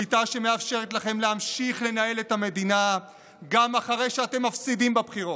שליטה שמאפשרת לכם להמשיך לנהל את המדינה גם אחרי שאתם מפסידים בבחירות.